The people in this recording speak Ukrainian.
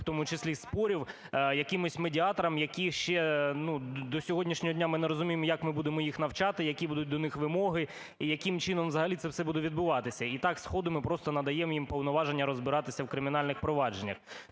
в тому числі спорів, якимсь медіаторам, які ще… до сьогоднішнього дня ми не розуміємо, як ми будемо їх навчати, які будуть до них вимоги і яким чином взагалі це буде відбуватися, і так, сходу ми просто надаємо їм повноваження розбиратися в кримінальних провадженнях.